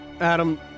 Adam